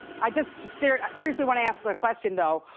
i just just seriously seriously wanna ask the question, though,